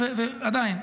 עדיין,